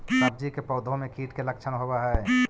सब्जी के पौधो मे कीट के लच्छन होबहय?